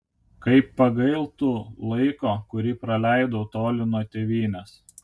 kaip pagailtų laiko kurį praleidau toli nuo tėvynės